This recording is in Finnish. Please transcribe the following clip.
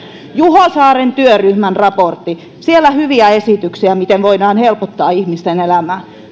juho saaren työryhmän raportti siellä hyviä esityksiä miten voidaan helpottaa ihmisten elämää